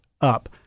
up